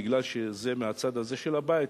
בגלל שזה מהצד הזה של הבית,